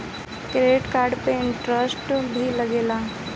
Credit card पे interest भी लागेला?